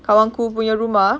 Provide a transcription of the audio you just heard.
kawan aku punya rumah